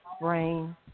brain